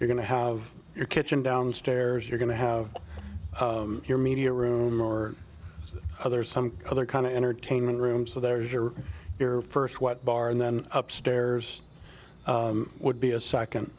widely going to have your kitchen downstairs you're going to have your media room or other some other kind of entertainment room so there is your first what bar and then upstairs would be a second